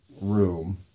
room